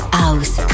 house